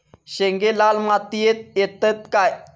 शेंगे लाल मातीयेत येतत काय?